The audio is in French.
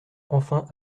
enfin